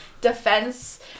defense